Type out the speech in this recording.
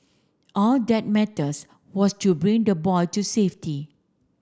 all that mattes was to bring the boy to safety